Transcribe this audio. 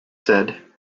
said